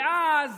ואז,